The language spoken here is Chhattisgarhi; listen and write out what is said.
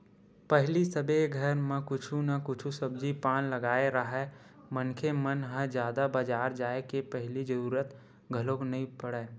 पहिली सबे घर म कुछु न कुछु सब्जी पान लगाए राहय मनखे मन ह जादा बजार जाय के पहिली जरुरत घलोक नइ पड़य